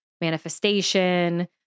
manifestation